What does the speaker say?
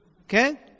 Okay